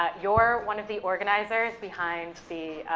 ah you're one of the organizers behind the,